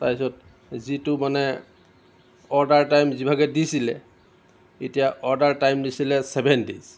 তাৰপিছত যিটো মানে অৰ্ডাৰ টাইম যি ভাগে দিছিলে এতিয়া অৰ্ডাৰ টাইম দিছিলে চেভেন দেইজ